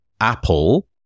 Apple